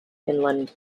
inland